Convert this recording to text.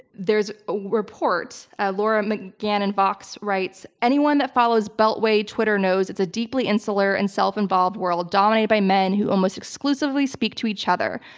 there's a report laura mcgannat vox writes, anyone that follows beltway twitter knows it's a deeply insular and self-involved world dominated by men who almost exclusively speak to each other.